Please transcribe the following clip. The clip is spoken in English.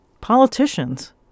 politicians